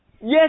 Yes